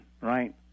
right